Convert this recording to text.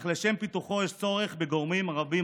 אך לשם פיתוחו יש צורך בגורמים רבים,